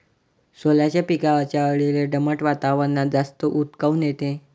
सोल्याच्या पिकावरच्या अळीले दमट वातावरनात जास्त ऊत काऊन येते?